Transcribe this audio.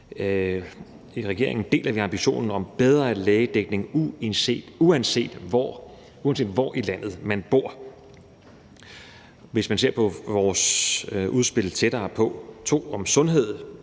i regeringen deler vi ambitionen om at få bedre lægedækning, uanset hvor i landet man bor. Hvis man ser på vores udspil »Tættere på II – sundhed,